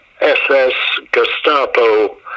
SS-Gestapo